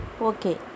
Okay